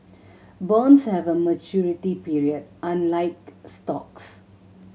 bonds have a maturity period unlike stocks